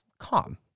calm